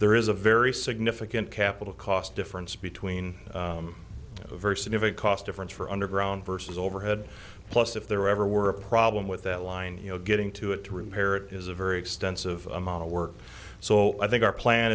there is a very significant capital cost difference between verse and if it cost difference for underground versus overhead plus if there ever were a problem with that line you know getting to it to repair it is a very extensive amount of work so i think our plan